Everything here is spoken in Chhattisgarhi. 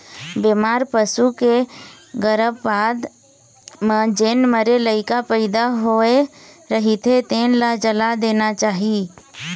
बेमार पसू के गरभपात म जेन मरे लइका पइदा होए रहिथे तेन ल जला देना चाही